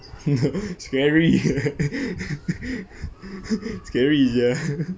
scary scary sia